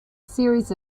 series